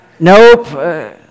Nope